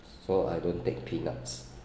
so I don't take peanuts